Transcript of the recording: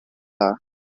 dda